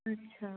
अच्छा